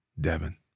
Devin